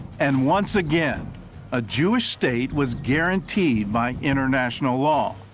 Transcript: and once again a jewish state was guaranteed by international law.